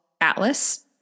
Atlas